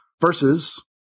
versus